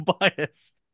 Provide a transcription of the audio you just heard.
biased